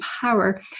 power